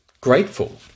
Grateful